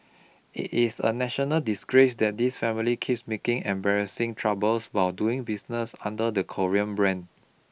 it is a national disgrace that this family keeps making embarrassing troubles while doing business under the 'Korea' brand